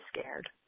scared